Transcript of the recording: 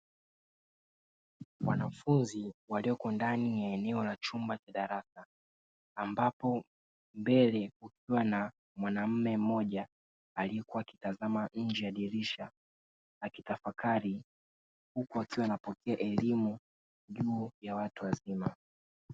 Wanafunzi walioko ndani ya eneo la chumba cha darasa ambapo mbele kukiwa na mwanaume mmoja aliyekuwa akitazama nje ya dirisha, akitafakari huku akiwa anapokea elimu juu ya watu wazima.